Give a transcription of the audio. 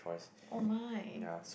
oh my